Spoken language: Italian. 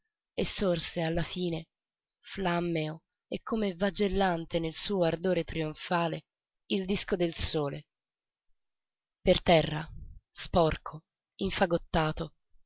sorse alla fine flammeo e come vagellante nel suo ardore trionfale il disco del sole per terra sporco infagottato gosto